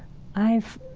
i've